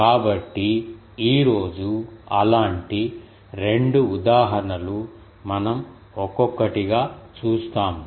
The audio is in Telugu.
కాబట్టి ఈ రోజు అలాంటి 2 ఉదాహరణలు మనం ఒక్కొక్కటిగా చూస్తాము